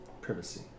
privacy